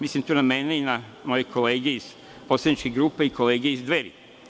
Mislim tu na mene i na moje kolege iz poslaničke grupe i kolege iz Dveri.